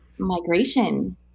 Migration